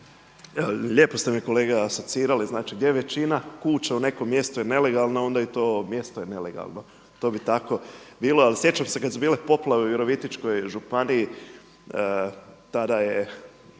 Lijepo ste me kolega asocirali gdje je većina kuća u nekom mjestu je nelegalna onda i to mjesto je nelegalno, to bi tako bilo ali sjećam se kad su bile poplave u Virovitičkoj županiji tada je